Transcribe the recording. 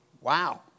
Wow